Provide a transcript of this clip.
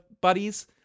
buddies